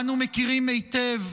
אנו מכירים היטב